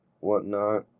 whatnot